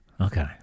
Okay